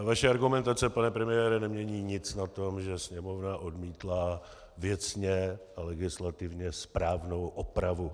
Vaše argumentace, pane premiére, nemění nic na tom, že Sněmovna odmítla věcně legislativně správnou opravu.